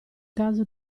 caso